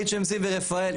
HMC ורפאל,